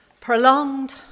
prolonged